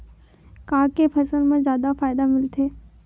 का के फसल मा जादा फ़ायदा मिलथे?